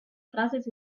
frases